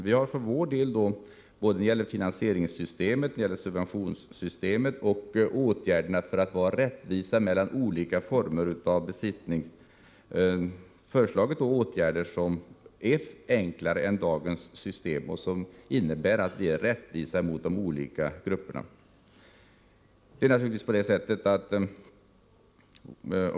När det gäller såväl finansieringssystemet och subventionssystemet som åtgärderna för att åstadkomma rättvisa mellan olika besittningsformer har vi för vår del föreslagit åtgärder som är enklare än dagens system och som innebär att vi är rättvisa mot de olika grupperna.